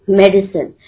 medicine